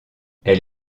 elle